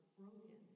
broken